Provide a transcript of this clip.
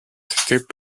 c’était